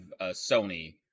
sony